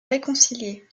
réconcilier